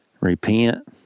Repent